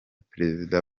perezida